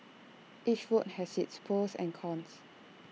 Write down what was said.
each route has its pros and cons